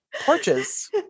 porches